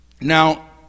Now